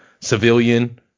civilian